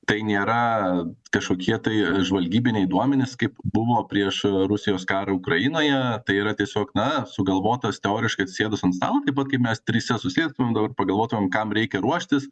tai nėra kažkokie tai e žvalgybiniai duomenys kaip buvo prieš e rusijos karą ukrainoje tai yra tiesiog na sugalvotas teoriškai atsisėdus ant stalo taip pat kaip mes tryse susėstumėm dabar pagalvotumėm kam reikia ruoštis